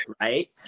right